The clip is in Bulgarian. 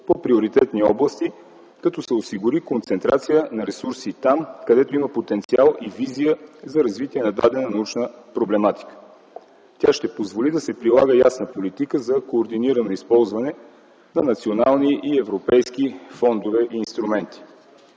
по приоритетни области, като се осигури концентрация на ресурси там, където има потенциал и визия за развитие на дадена научна проблематика. Тя ще позволи да се прилага ясна политика за координирано използване на национални и европейски фондове и инструменти.